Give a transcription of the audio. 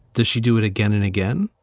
does she do it again and again?